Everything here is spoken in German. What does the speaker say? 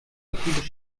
auf